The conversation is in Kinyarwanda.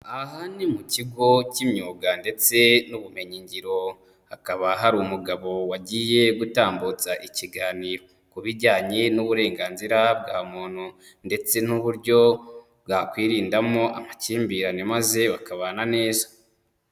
Aha ni mu kigo cy'imyuga ndetse n'ubumenyigiro, hakaba hari umugabo wagiye gutambutsa ikiro ku bijyanye n'uburenganzira bwa muntu ndetse n'uburyo bwakwirindamo amakimbirane maze bakabana neza.